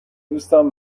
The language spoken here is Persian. دوستم